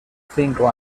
cinco